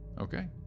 okay